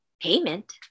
payment